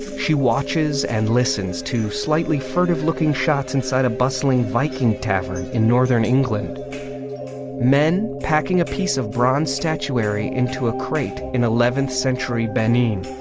she watches and listens to slightly furtive looking shots inside a bustling viking tavern in northern england men packing a piece of bronze statuary into a crate in eleventh century benin